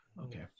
okay